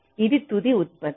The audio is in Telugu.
ఇది తుది ఉత్పత్తి